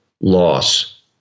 loss